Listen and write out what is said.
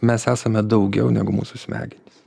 mes esame daugiau negu mūsų smegenys